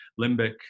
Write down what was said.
limbic